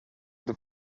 that